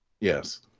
Yes